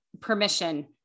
permission